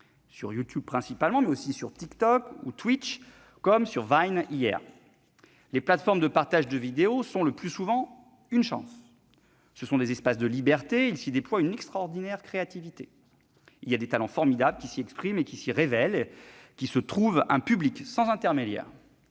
sur YouTube principalement, mais aussi sur TikTok, Twitch ou, hier, Vine. Les plateformes de partage de vidéos sont, le plus souvent, une chance. Ce sont des espaces de liberté. Il s'y déploie une extraordinaire créativité. Des talents formidables s'y expriment, s'y révèlent, se trouvent un public, sans intermédiaires